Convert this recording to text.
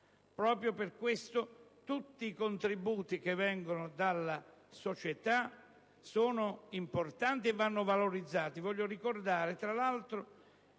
Proprio per questo, tutti i contributi che vengono dalla società sono importanti e vanno valorizzati.